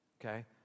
okay